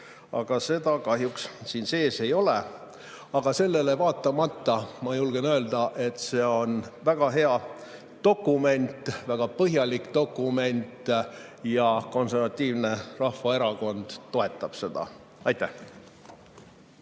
Aga seda kahjuks siin sees ei ole. Sellele vaatamata ma julgen öelda, et see on väga hea, väga põhjalik dokument. [Eesti] Konservatiivne Rahvaerakond toetab seda. Aitäh!